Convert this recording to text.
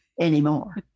anymore